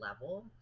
level